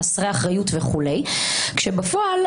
חסרי אחריות וכולי כשבפועל,